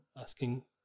asking